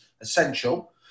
essential